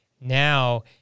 now